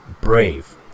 brave